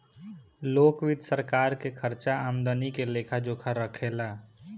लोक वित्त सरकार के खर्चा आमदनी के लेखा जोखा राखे ला